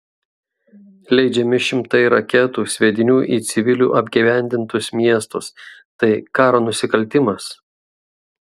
leidžiami šimtai reketų sviedinių į civilių apgyvendintus miestus tai karo nusikaltimas